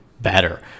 better